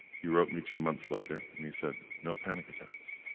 he wrote me two months later, and he said, no panic attacks.